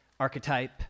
archetype